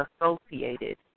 associated